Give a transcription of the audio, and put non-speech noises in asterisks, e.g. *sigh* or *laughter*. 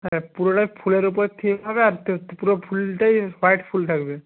হ্যাঁ পুরোটাই ফুলের উপর থিম হবে আর *unintelligible* পুরো ফুলটাই হোয়াইট ফুল থাকবে